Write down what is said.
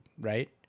Right